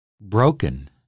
broken